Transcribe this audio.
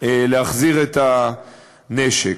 להחזיר את הנשק.